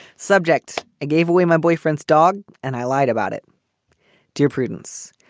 subjects i gave away my boyfriend's dog and i lied about it dear prudence,